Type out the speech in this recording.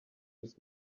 his